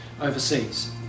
overseas